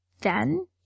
Then